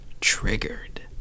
triggered